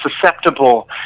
susceptible